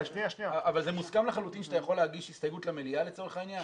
אבל זה מוסכם לחלוטין שאתה יכול להגיש הסתייגות למליאה לצורך העניין?